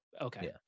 Okay